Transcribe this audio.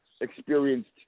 experienced